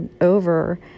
over